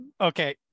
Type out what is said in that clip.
Okay